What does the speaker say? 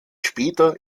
später